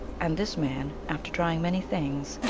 and this man, after trying many things,